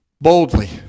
boldly